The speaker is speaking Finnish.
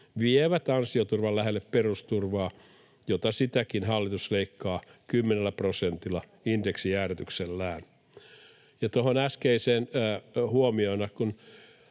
vievät ansioturvan lähelle perusturvaa, jota sitäkin hallitus leikkaa 10 prosentilla indeksijäädytyksellään. Ja tuohon äskeiseen huomiona: